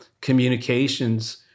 communications